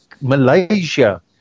Malaysia